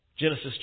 Genesis